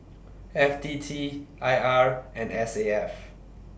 F T T I R and S A F